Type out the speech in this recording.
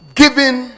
giving